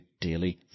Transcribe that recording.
daily